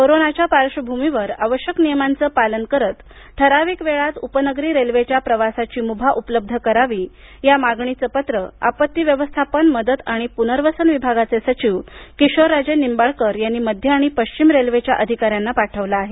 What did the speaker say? कोरोनाच्या पार्श्वभूमीवर आवश्यक नियमांचं पालन करत ठराविक वेळात उपनगरी रेल्वेच्या प्रवासाची मुभा उपलब्ध करावी या मागणीचं पत्र आपत्ती व्यवस्थापन मदत आणि पुनर्वसन विभागाचे सचिव किशोरराजे निंबाळकर यांनी मध्य आणि पश्चिम रेल्वेच्या अधिकाऱ्यांना पाठवलं आहे